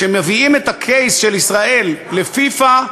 כשמביאים את ה-case של ישראל לפיפ"א,